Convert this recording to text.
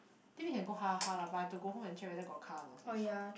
then we can go lah but I've to go home and check if they got car or not first